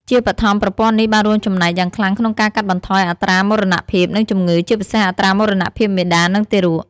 ជាបឋម ប្រព័ន្ធនេះបានរួមចំណែកយ៉ាងខ្លាំងក្នុងការកាត់បន្ថយអត្រាមរណភាព និងជំងឺ ជាពិសេសអត្រាមរណភាពមាតា និងទារក។